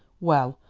well,